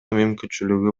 мүмкүнчүлүгү